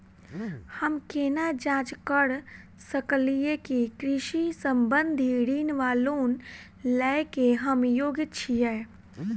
हम केना जाँच करऽ सकलिये की कृषि संबंधी ऋण वा लोन लय केँ हम योग्य छीयै?